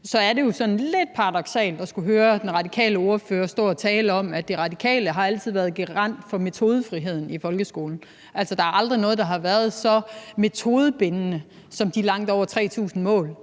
så er det jo sådan lidt paradoksalt at skulle høre den radikale ordfører stå og tale om, at De Radikale altid har været garant for metodefriheden i folkeskolen. Altså, der er aldrig noget, der har været så metodebindende som de langt over 3.000 mål,